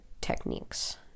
techniques